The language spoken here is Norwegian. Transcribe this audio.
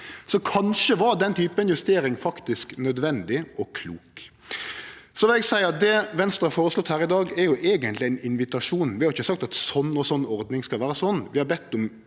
Så kanskje var den typen justering faktisk nødvendig og klok. Så vil eg seie at det Venstre har føreslått her i dag, eigentleg er ein invitasjon. Vi har ikkje sagt at den og den ordninga skal vere slik. Vi har bedt om